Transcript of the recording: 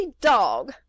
dog